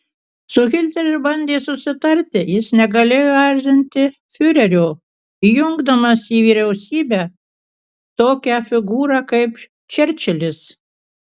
su hitleriu bandė susitarti jis negalėjo erzinti fiurerio įjungdamas į vyriausybę tokią figūrą kaip čerčilis